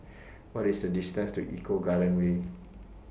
What IS The distance to Eco Garden Way